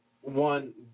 one